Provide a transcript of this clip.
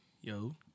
Yo